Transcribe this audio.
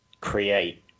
create